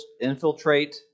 infiltrate